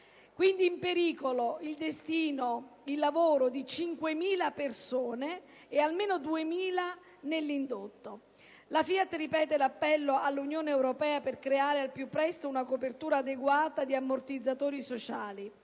Quindi, è in pericolo il lavoro e il destino di 5.000 persone, e almeno 2.000 nell'indotto. La FIAT ripete l'appello all'Unione europea per creare al più presto una copertura adeguata di ammortizzatori sociali